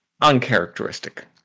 Uncharacteristic